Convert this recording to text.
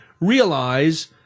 realize